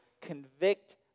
convict